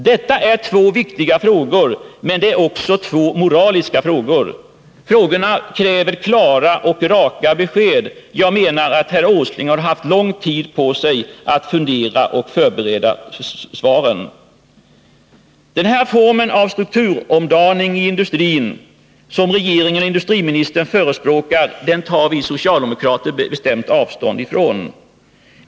Detta är två viktiga frågor, men det är också två moraliska frågor. Frågorna kråver klara och raka besked. Jag menar att herr Åsling har haft lång tid på sig att fundera och förbereda svaren. Den form av strukturomdaning i industrin som regeringen och industriministern förespråkar tar vi socialdemokrater bestämt avstånd från.